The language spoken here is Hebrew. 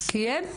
קיים?